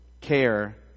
care